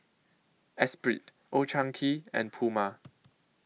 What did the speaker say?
Espirit Old Chang Kee and Puma